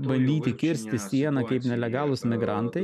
bandyti kirsti sieną kaip nelegalūs migrantai